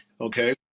okay